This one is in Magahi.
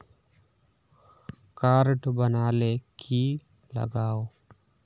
कार्ड बना ले की लगाव?